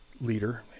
leader